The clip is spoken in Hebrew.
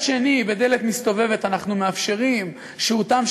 מדוע אי-אפשר לשנות אותה פעם